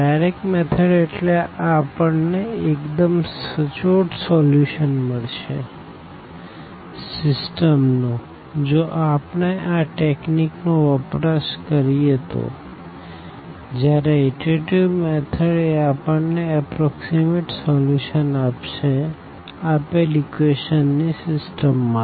direct method એટલે આપણને એકદમ સચોટ સોલ્યુશન મળશે સીસ્ટમ નું જો આપણે આ ટેકનીક નો વપરાશ કરીએ તો જયારે ઈટરેટીવ મેથડ એ આપણને એપ્રોક્ષીમેટ સોલ્યુશન આપશે આપેલ ઇક્વેશન ની સીસ્ટમ માટે